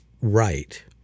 right